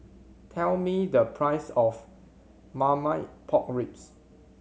tell me the price of Marmite Pork Ribs